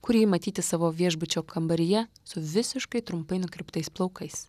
kur ji matyti savo viešbučio kambaryje su visiškai trumpai nukirptais plaukais